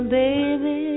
baby